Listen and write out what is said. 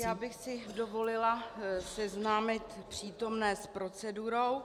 Já bych si dovolila seznámit přítomné s procedurou.